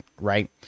right